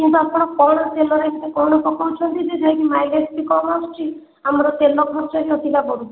କିନ୍ତୁ ଆପଣ କଣ ତେଲ ରେଟ୍ କଣ ପକଉଛନ୍ତି ଯେ ଯେହେକି ମାଇଲେଜ ବି କମ୍ ଆସୁଛି ଆମର ତେଲ ଖର୍ଚ୍ଚ ବି ଅଧିକା ପଡ଼ୁଛି